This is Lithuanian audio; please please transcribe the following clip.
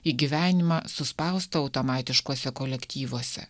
į gyvenimą suspaustą automatiškuose kolektyvuose